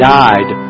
died